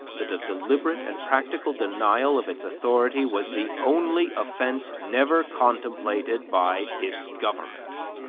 that a deliberate and practical denial of its authority was the only offense never contemplated by its government